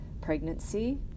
Pregnancy